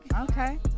okay